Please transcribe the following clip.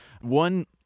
One